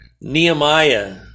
Nehemiah